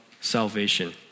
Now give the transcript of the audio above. Salvation